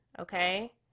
Okay